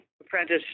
apprentice